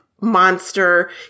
monster